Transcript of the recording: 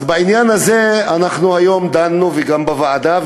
אז בעניין הזה אנחנו היום דנו גם בוועדה,